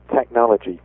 technology